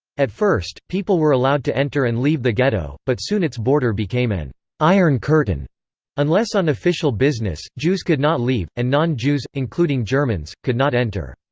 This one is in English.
at first, people were allowed to enter and leave the ghetto, but soon its border became an iron curtain unless on official business, jews could not leave, and non-jews, including germans, could not enter.